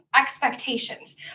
expectations